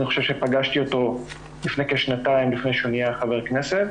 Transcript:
אני חושב שפגשתי אותו לפני כשנתיים לפני שהוא נהיה חבר כנסת,